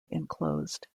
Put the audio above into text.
enclosed